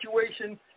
situation